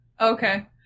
Okay